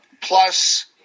plus